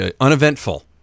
uneventful